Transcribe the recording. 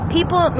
People